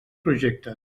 projectes